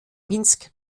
minsk